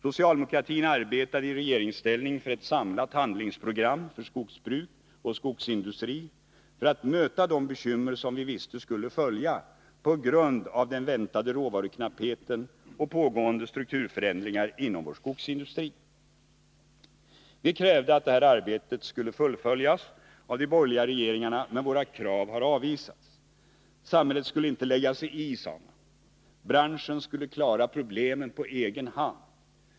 Socialdemokratin arbetade i regeringsställning för ett samlat handlingsprogram för skogsbruk och skogsindustri för att möta de bekymmer som vi visste skulle följa på grund av den väntade råvaruknappheten och pågående strukturförändringar inom vår skogsindustri. Vi krävde att detta arbete skulle fullföljas av de borgerliga regeringarna, men våra krav har avvisats. Samhället skulle inte lägga sig i, sade man. Branschen skulle klara problemen på egen hand.